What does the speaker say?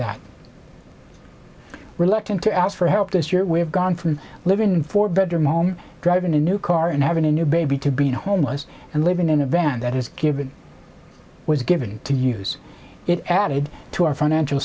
that reluctant to ask for help this year we have gone from living in four bedroom home driving a new car and having a new baby to being homeless and living in a van that is given i was given to use it added to our financial